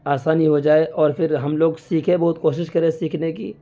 آسانی ہو جائے اور پھر ہم لوگ سیکھیں بہت کوشش کریں سیکھنے کی